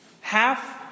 Half